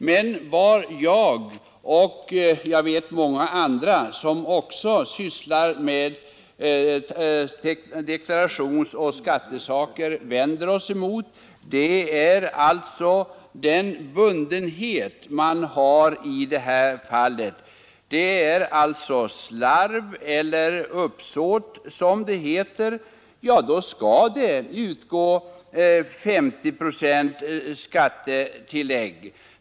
Men vad jag och många andra som också sysslar med deklarationsoch skattefrågor vänder oss emot är den bundenhet som ifrågavarande regler innebär. Vid slarv eller uppsåt, som 153 tiska synpunkter det heter, skall det utgå 50 procent skattetillägg.